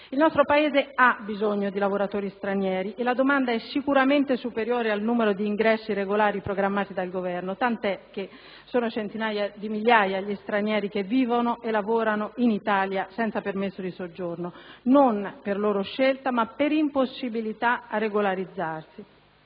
Il nostro Paese ha bisogno di lavoratori stranieri e la domanda è sicuramente superiore al numero di ingressi regolari programmati dal Governo, tant'è che sono centinaia di migliaia gli stranieri che vivono e lavorano in Italia senza permesso di soggiorno, non per loro scelta ma per l'impossibilità di regolarizzarsi.